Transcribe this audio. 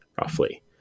roughly